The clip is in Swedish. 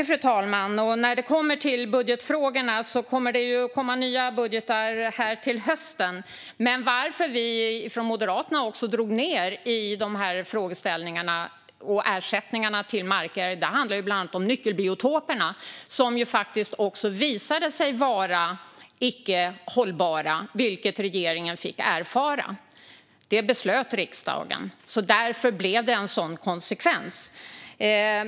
Fru talman! När det gäller budgetfrågorna kommer det att komma nya budgetar till hösten. Att vi från Moderaterna drog ned på ersättningarna till markägare handlar bland annat om nyckelbiotoperna som faktiskt visade sig vara icke hållbara, vilket regeringen fick erfara. Det fattade riksdagen beslut om. Därför blev det en sådan konsekvens.